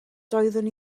doeddwn